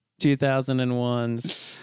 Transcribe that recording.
2001's